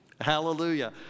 Hallelujah